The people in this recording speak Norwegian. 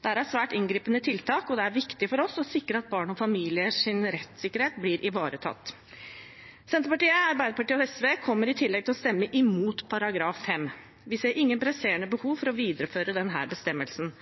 Dette er svært inngripende tiltak, og det er viktig for oss å sikre at barn og familiers rettssikkerhet blir ivaretatt. Senterpartiet, Arbeiderpartiet og SV kommer i tillegg til å stemme imot § 5. Vi ser ingen presserende behov for å videreføre denne bestemmelsen.